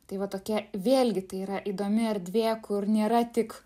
tai va tokia vėlgi tai yra įdomi erdvė kur nėra tik